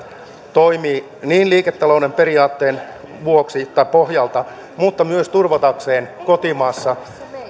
toimii niin liiketalouden periaatteen vuoksi tai pohjalta mutta myös turvatakseen kotimaassa